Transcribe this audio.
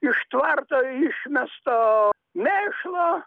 iš tvarto išmesto mėšlo